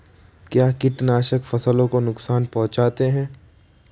क्या कीटनाशक फसलों को नुकसान पहुँचाते हैं?